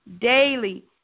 daily